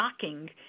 shocking